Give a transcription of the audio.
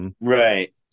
Right